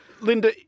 Linda